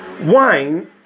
Wine